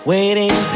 Waiting